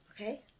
okay